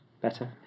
Better